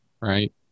right